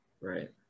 right